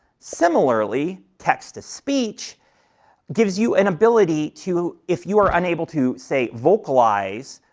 similarly, text to speech gives you an ability to, if you are unable to, say, vocalize,